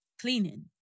cleaning